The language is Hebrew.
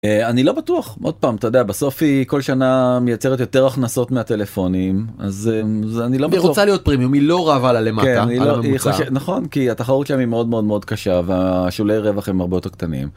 אני לא בטוח עוד פעם אתה יודע בסוף היא כל שנה מייצרת יותר הכנסות מהטלפונים אז אני לא, היא רוצה להיות פרימיום היא לא רבה על הלמט, נכון כי התחרות היא מאוד מאוד מאוד קשה והשולי רווח הרבה יותר קטנים.